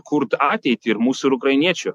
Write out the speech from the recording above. kurt ateitį ir mūsų ir ukrainiečių